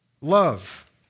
Love